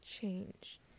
change